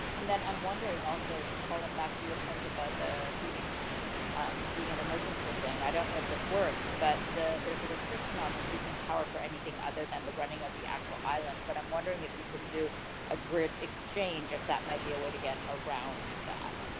and then, i'm wondering, also, call him back to your point about the feeding being an emergency thing. i don't know if this works, but there's a restriction on producing power for anything, other than the running of the actual island. but i'm wondering if you can do a grid exchange, if that might be a way to get around that.